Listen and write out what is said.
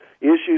issues